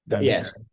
Yes